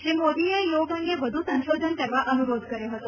શ્રી મોદીએ યોગ અંગે વધુ સંશોધન કરવા અનુરોધ કર્યો હતો